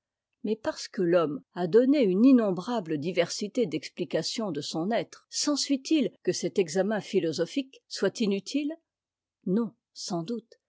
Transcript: mais parce que l'homme a donné une innombrable diversité d'explications de son être sensuit it que cet examen philosophique soit inutile non sans doute